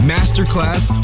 Masterclass